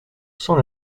sans